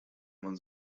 man